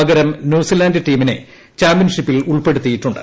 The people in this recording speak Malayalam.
പകരം ന്യൂസീലന്റ് ടീമിനെ ചാമ്പൃൻഷിപ്പിൽ ഉൾപ്പെടുത്തിയിട്ടുണ്ട്